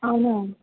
అవునా